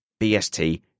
bst